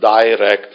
direct